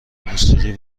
موسیقی